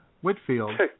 Whitfield